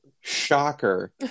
shocker